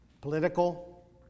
political